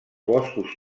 boscos